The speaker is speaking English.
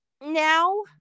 now